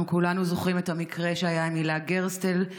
אנחנו כולנו זוכרים את המקרה שהיה עם הילה גרסטל,